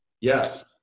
Yes